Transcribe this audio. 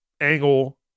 angle